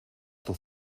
tus